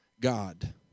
God